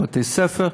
ובבתי-ספר.